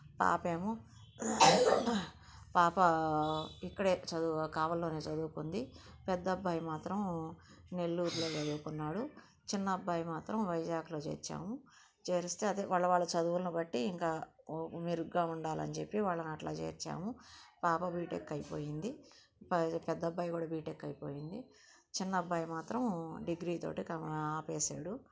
పాప ఏమో పాప ఇక్కడే చదువు కావలిలోనే చదువుకుంది పెద్ద అబ్బాయి మాత్రం నెల్లూరులో చదువుకున్నాడు చిన్న అబ్బాయి మాత్రం వైజాగ్లో చేర్చాము చేరిస్తే అదే వాళ్ళ వాళ్ళ చదువులు బట్టి ఇంకా మెరుగ్గా ఉండాలని చెప్పి వాళ్ళని అట్ట చేర్చాము పాప బీటెక్ అయిపోయింది ప పెద్ద అబ్బాయికి కూడా బీటెక్ అయిపోయింది చిన్న అబ్బాయి మాత్రం డిగ్రీ తోటే తను ఆపేశాడు